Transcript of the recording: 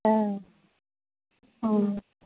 औ